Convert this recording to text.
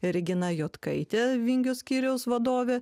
regina jotkaitė vingio skyriaus vadovė